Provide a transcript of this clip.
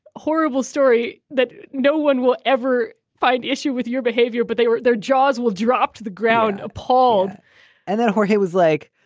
horrible story that no one will ever find issue with your behavior. but they were their jaws will drop to the ground appalled and then he was like,